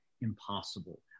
impossible